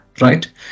right